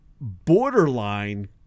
borderline